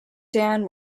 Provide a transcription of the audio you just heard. dan